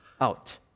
out